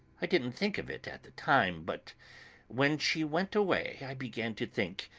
i didn't think of it at the time but when she went away i began to think,